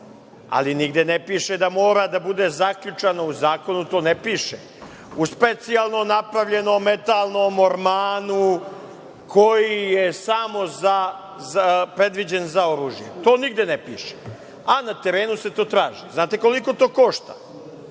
ali nigde ne piše da mora da bude zaključano, u zakonu to ne piše. U specijalno napravljenom metalnom ormanu koji je predviđen samo za oružje, to nigde ne piše, a na terenu se to traži. Znate koliko to košta? Sad